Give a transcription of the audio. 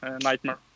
Nightmare